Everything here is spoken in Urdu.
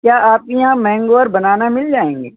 کیا آپ کے یہاں مینگو اور بنانا مل جائیں گے